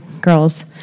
girls